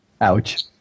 Ouch